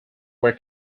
were